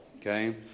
Okay